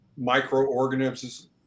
microorganisms